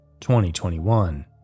2021